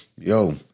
Yo